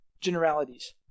generalities